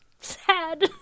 sad